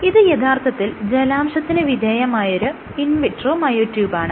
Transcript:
ഇത് യഥാർത്ഥത്തിൽ ജലാംശത്തിന് വിധേയമായ ഒരു ഇൻ വിട്രോ മയോ ട്യൂബാണ്